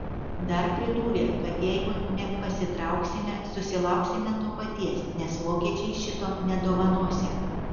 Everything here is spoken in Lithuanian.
dar pridūrė kad jeigu nepasitrauksime susilauksime to paties nes vokiečiai šito nedovanosią